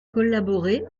collaborer